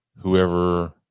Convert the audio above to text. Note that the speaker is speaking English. whoever